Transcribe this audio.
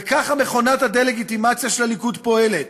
וככה מכונת הדה-לגיטימציה של הליכוד פועלת: